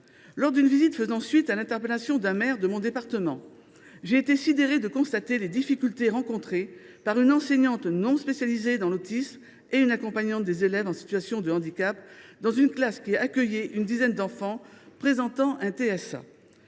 Lors d’une visite faisant suite à une interpellation par un maire de mon département, j’ai été sidérée de constater les difficultés rencontrées par une enseignante non spécialisée dans l’autisme et une accompagnante d’élèves en situation de handicap (AESH) dans une classe qui accueillait une dizaine d’enfants présentant un TSA.